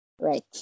Right